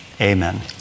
amen